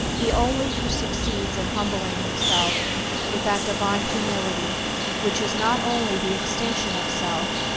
he only who succeeds in humbling himself with that divine humility which is not only the extinction of self,